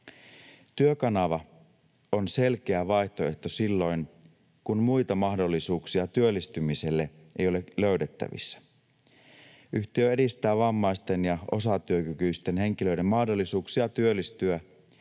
Työkanava on selkeä vaihtoehto silloin, kun muita mahdollisuuksia työllistymiselle ei ole löydettävissä. Yhtiö edistää vammaisten ja osatyökykyisten henkilöiden mahdollisuuksia työllistyä